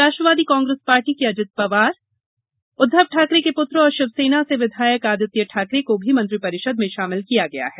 राष्ट्रवादी Congress party के अजित पवार उद्वव ठाकरे के पुत्र और शिवसेना से विधायक आदित्य ठाकरे को भी मंत्रिपरिषद में शामिल किया है